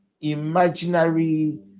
imaginary